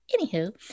anywho